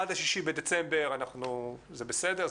עד ה-6 בדצמבר, זה בסדר.